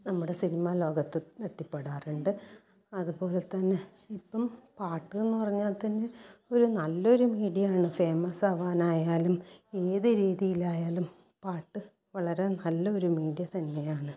നമ്മുടെ സിനിമാ ലോകത്ത് എത്തിപ്പെടാറുണ്ട് അതുപോലെ തന്നെ ഇപ്പം പാട്ട് എന്നു പറഞ്ഞാൽ തന്നെ ഒരു നല്ല ഒരു മീഡിയാണ് ഫേമസാവാൻ ആയാലും ഏത് രീതിയിൽ ആയാലും പാട്ട് വളരെ നല്ല ഒരു മീഡിയ തന്നെ ആണ്